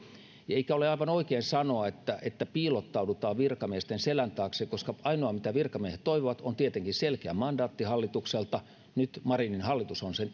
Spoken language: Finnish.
eikä ole aivan oikein sanoa että että piilottaudutaan virkamiesten selän taakse koska ainoa mitä virkamiehet toivovat on tietenkin selkeä mandaatti hallitukselta nyt marinin hallitus on sen